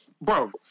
Bro